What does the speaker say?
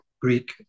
Greek